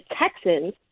Texans